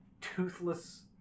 toothless